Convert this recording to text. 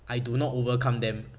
I do not overcome them